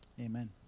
Amen